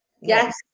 yes